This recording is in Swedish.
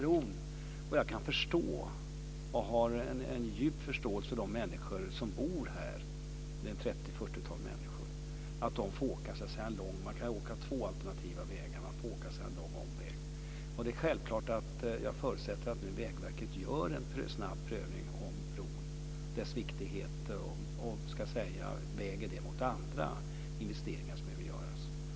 Jag har en djup förståelse för de 30-40 människor som bor i området och som får göra långa omvägar via två alternativa sträckningar. Jag förutsätter att Vägverket snabbt prövar den här brons viktighet och väger den aktuella investeringen mot andra som behöver göras.